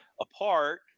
apart